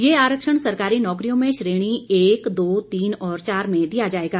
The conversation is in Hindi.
यह आरक्षण सरकारी नौकरियों में श्रेणी एक दो तीन और चार में दिया जाएगा